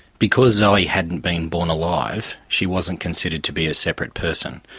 because zoe hadn't been born alive, she wasn't considered to be a separate person.